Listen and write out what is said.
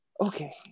okay